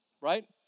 right